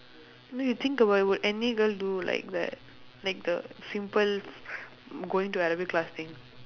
no you think about about it would any girl do like that like the simple f~ going to arabic class thing